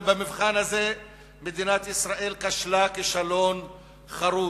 ובמבחן הזה מדינת ישראל כשלה כישלון חרוץ.